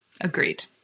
Agreed